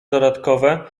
dodatkowe